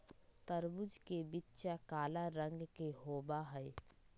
तरबूज के बीचा काला रंग के होबा हई